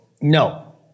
No